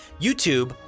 YouTube